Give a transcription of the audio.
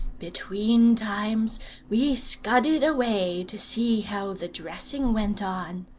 between times we scudded away to see how the dressing went on.